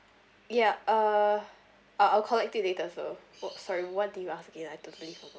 ya uh I'll collect it later so sorry what did you ask again I totally forgot